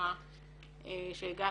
ולעפרה שהגעתן.